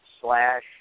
slash